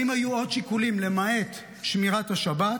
האם היו עוד שיקולים למעט שמירת השבת?